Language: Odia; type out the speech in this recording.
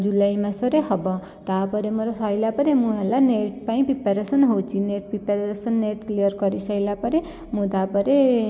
ଜୁଲାଇ ମାସରେ ହେବ ତାପରେ ମୋର ସରିଲା ପରେ ମୁଁ ହେଲା ନେଟ୍ ପାଇଁ ପ୍ରିପାରେସନ୍ ହେଉଛି ନେଟ୍ ପ୍ରିପାରେସନ୍ ନେଟ୍ କ୍ଲିଅର କରିସାରିଲା ପରେ ମୁଁ ତାପରେ